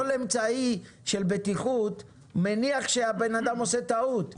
כל אמצעי של בטיחות מניח שהבן אדם עושה טעות,